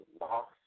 lost